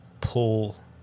pull